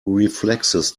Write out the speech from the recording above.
reflexes